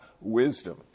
wisdom